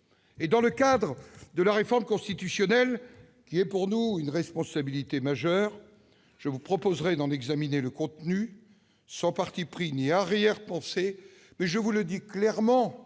En ce qui concerne la réforme constitutionnelle, qui est pour nous une responsabilité majeure, je vous proposerai d'en examiner le contenu sans parti pris ni arrière-pensées, mais, je le dis clairement,